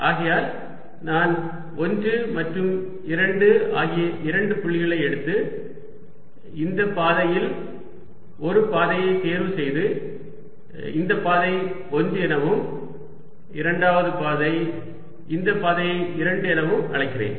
ஆகையால் நான் 1 மற்றும் 2 ஆகிய இரண்டு புள்ளிகளை எடுத்து இந்த பாதையில் ஒரு பாதையைத் தேர்வு செய்து இந்த பாதை 1 எனவும் இரண்டாவது பாதை இந்த பாதையை 2 எனவும் அழைக்கிறேன்